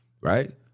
Right